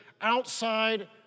outside